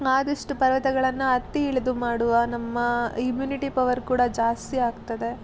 ಆದಷ್ಟು ಪರ್ವತಗಳನ್ನು ಹತ್ತಿ ಇಳಿದು ಮಾಡುವ ನಮ್ಮ ಇಮ್ಯುನಿಟಿ ಪವರ್ ಕೂಡ ಜಾಸ್ತಿ ಆಗ್ತದೆ